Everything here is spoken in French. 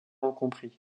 incompris